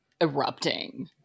erupting